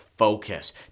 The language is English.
focus